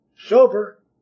sober